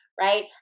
right